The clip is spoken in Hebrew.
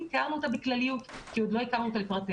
תיארנו אותה בכלליות כי עוד לא הכרנו אותה לפרטיה.